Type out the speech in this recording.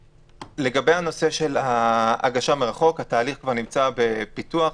לגבי הנושא של ההגשה מרחוק התהליך כבר נמצא בפיתוח.